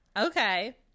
okay